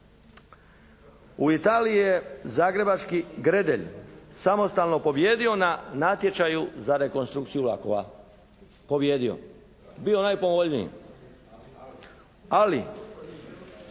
U Italiji je zagrebački «Gredelj» samostalno pobijedio na natječaju za rekonstrukciju vlakova. Pobijedio. Bio najpovoljniji. Ali,